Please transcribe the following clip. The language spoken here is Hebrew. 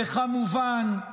וכמובן,